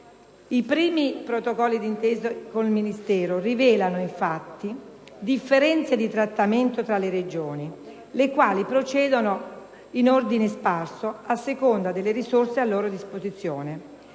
I primi protocolli d'intesa con il Ministero rivelano infatti differenze di trattamento tra le Regioni, le quali procedono in ordine sparso a seconda delle risorse a loro disposizione.